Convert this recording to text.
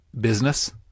business